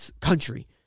country